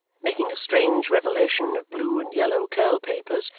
making a strange revelation of blue and yellow curl-papers,